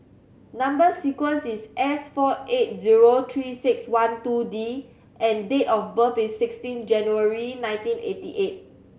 number sequence is S four eight zero Three Six One two D and date of birth is sixteen January nineteen eighty eight